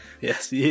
Yes